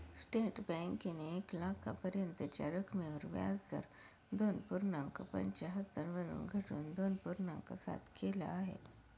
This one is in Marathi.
स्टेट बँकेने एक लाखापर्यंतच्या रकमेवर व्याजदर दोन पूर्णांक पंच्याहत्तर वरून घटवून दोन पूर्णांक सात केल आहे